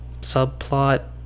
subplot